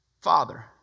Father